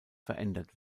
verändert